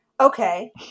Okay